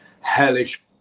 hellish